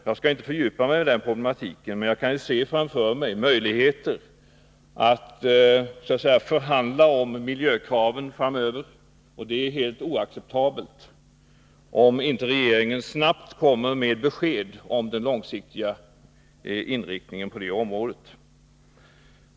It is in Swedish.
Jag skall inte fördjupa mig i denna problematik, men jag kan framför mig se den möjligheten att man — om inte regeringen snart kommer med besked om den långsiktiga inriktningen på detta område — kommer att ”förhandla” om miljökraven. Det vore helt oacceptabelt.